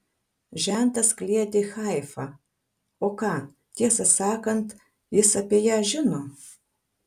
žentas kliedi haifa o ką tiesą sakant jis apie ją žino